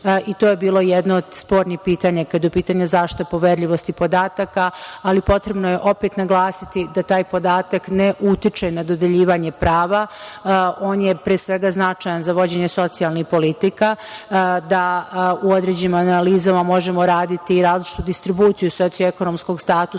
i to je bilo jedno od spornih pitanja kada je u pitanju zaštita poverljivosti podataka, ali potrebno je opet naglasiti da taj podatak ne utiče na dodeljivanje prava. On je pre svega značajan za vođenje socijalni politika, da u određenim analizama možemo raditi i različitu distribuciju socioekonomskog statusa